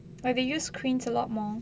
like they use screens a lot more